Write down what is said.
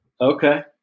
Okay